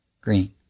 green